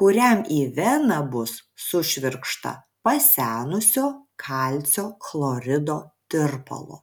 kuriam į veną bus sušvirkšta pasenusio kalcio chlorido tirpalo